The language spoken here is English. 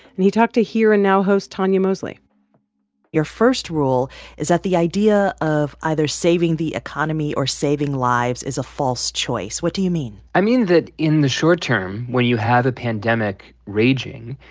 and he talked to here and now host tonya mosley your first rule is that the idea of either saving the economy or saving lives is a false choice. what do you mean? i mean that in the short term when you have a pandemic raging,